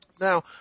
Now